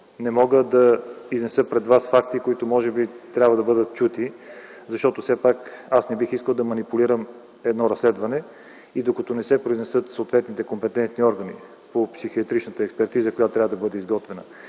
Не мога да изнеса пред вас факти, които може би трябва да бъдат чути, защото все пак аз не бих искал да манипулирам едно разследване и докато не се произнесат съответните компетентни органи по психиатричната експертиза, която трябва да бъде изготвена.